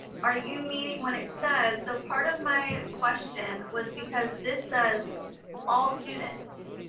are you meaning, when it says, so part of my question was because this says all students,